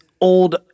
old